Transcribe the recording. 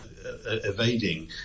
evading